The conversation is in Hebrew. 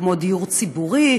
כמו דיור ציבורי,